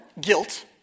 guilt